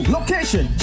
Location